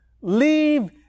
Leave